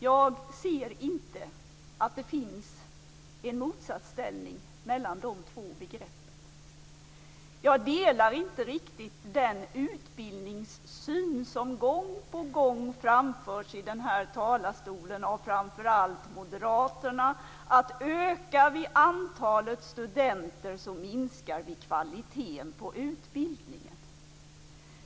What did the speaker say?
Jag ser inte att det finns en motsatsställning mellan de två begreppen. Jag delar inte riktigt den utbildningssyn som gång på gång framförs i talarstolen av framför allt Moderaterna, dvs. att om vi ökar antalet studenter så minskar vi kvaliteten på utbildningen.